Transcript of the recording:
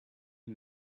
and